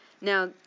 Now